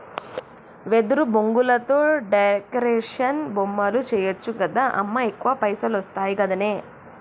వెదురు బొంగులతో డెకరేషన్ బొమ్మలు చేయచ్చు గదా అమ్మా ఎక్కువ పైసలొస్తయి గదనే